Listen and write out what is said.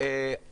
חשבתי